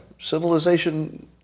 civilization